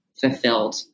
fulfilled